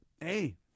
hey